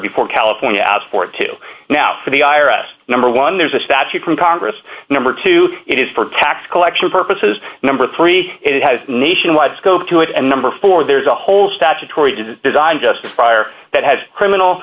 before california asked for two now for the i r s number one there's a statute from congress number two it is for tax collection purposes number three it has nationwide scope to it and number four there's a whole statutory duty designed just prior that has criminal